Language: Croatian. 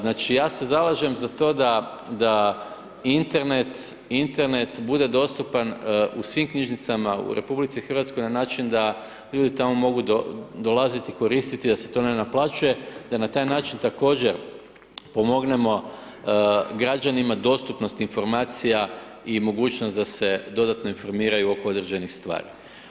Znači ja se zalažem za to da Internet bude dostupan u svim knjižnicama u RH na način da ljudi tamo mogu dolaziti i koristiti i da se to ne naplaćuje, da na taj način također pomognemo građanima dostupnosti informacija i mogućnost da se dodatno informiraju oko određenih stvari.